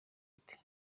ati